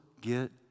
get